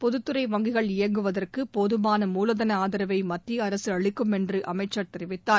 பொதுத்துறை வங்கிகள் இயங்குவதற்கு போதுமான மூலதன ஆதரவை மத்திய அரசு அளிக்கும் என்று அமைச்சர் தெரிவித்தார்